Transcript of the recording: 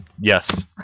yes